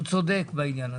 הוא צודק בעניין הזה.